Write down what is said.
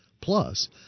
Plus